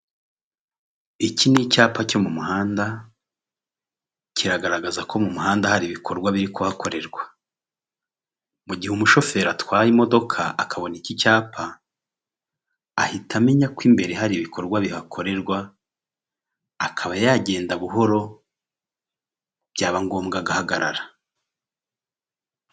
Iki ni icyapa cyo mu muhanda, kiragaragaza ko mu muhanda hari ibikorwa biri kuhakorerwa, mu gihe umushoferi atwaye imodoka akabona iki cyapa, ahita amenya ko imbere hari ibikorwa bihakorerwa, akaba yagenda buhoro byaba ngombwa agahagarara.